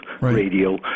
radio